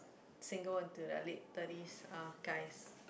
single and to the late thirties uh guys